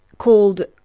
called